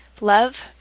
love